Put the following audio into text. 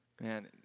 man